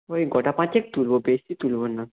ওই গোটা পাঁচেক তুলব বেশি তুলব না